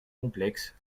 complexes